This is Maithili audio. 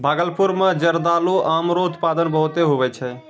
भागलपुर मे जरदालू आम रो उत्पादन बहुते हुवै छै